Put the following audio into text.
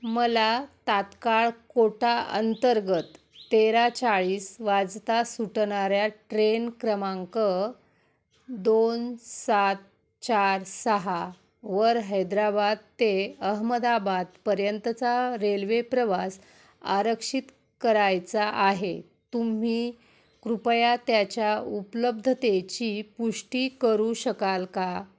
मला तात्काळ कोटाअंतर्गत तेरा चाळीस वाजता सुटणाऱ्या ट्रेन क्रमांक दोन सात चार सहावर हैदराबाद ते अहमदाबादपर्यंतचा रेल्वे प्रवास आरक्षित करायचा आहे तुम्ही कृपया त्याच्या उपलब्धतेची पुष्टी करू शकाल का